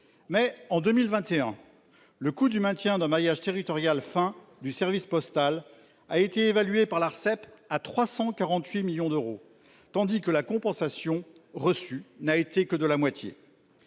Mais en 2021. Le coût du maintien d'un maillage territorial fin du service postal a été évalué par l'Arcep, à 348 millions d'euros tandis que la compensation reçue n'a été que de la moitié.